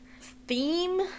theme